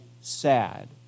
sad